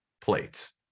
plates